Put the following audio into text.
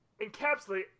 encapsulate